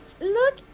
look